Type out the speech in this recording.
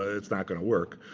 ah it's not going to work,